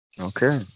Okay